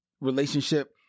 relationship